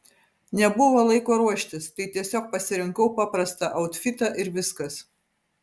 nebuvo laiko ruoštis tai tiesiog pasirinkau paprastą autfitą ir viskas